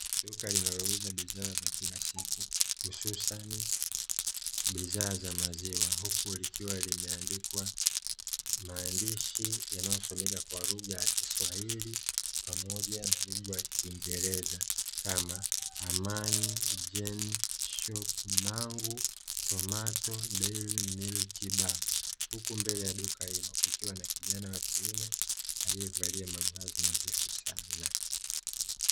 Duka linalouza bidhaa za kila siku hususan bidhaa za maziwa, huku likiwa limeandikwa maandishi yanayosomea kwa lugha ya kiswahili pamoja na lugha ya kiingereza kama "AMAN GEN SHOP MANGU TOMATO DAIRY MILK BAR" , huku mbele ya duka hilo kukiwa na kijana wa kiume aliyevalia mavazi nadhifu sana.